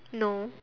no